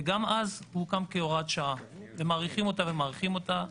וגם אז היא הוקמה כהוראת שעה ומאריכים אותה ומאריכים אותה.